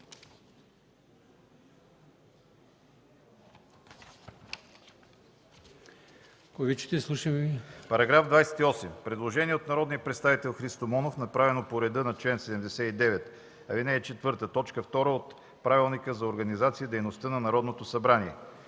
По § 28 има предложение от народния представител Христо Монов, направено по реда на чл. 79, ал. 4, т. 2 от Правилника за организацията и дейността на Народното събрание.